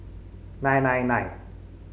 nine nine nine